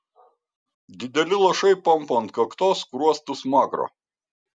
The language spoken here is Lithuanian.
dideli lašai pampo ant kaktos skruostų smakro